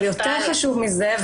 אבל חשוב יותר מזה,